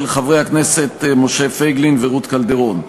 של חברי הכנסת משה פייגלין ורות קלדרון.